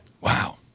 Wow